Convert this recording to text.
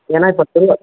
ஏன்னா இப்போ திருவிழா